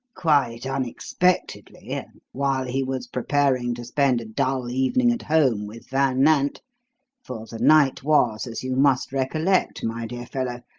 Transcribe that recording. quite unexpectedly, and while he was preparing to spend a dull evening at home with van nant for the night was, as you must recollect, my dear fellow,